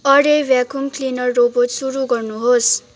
अरे vacuum cleaner robot सुरु गर्नुहोस्